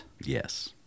yes